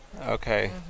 Okay